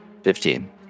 Fifteen